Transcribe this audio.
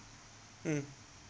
mm